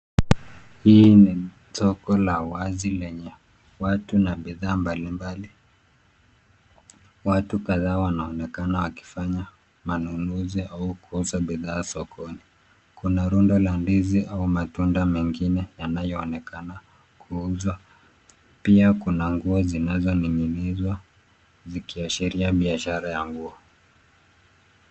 Hii ni soko la wazi lenye watu na bidhaa mbalimbali. Watu kadhaa wanaonekana wakifanya manunuzi au kuuza bidhaa sokoni. Kuna rundo la ndizi au matunda mengine yanayoonekana kuuza. Pia kuna nguo zinazoning'inizwa zikiashiria biashara ya nguo.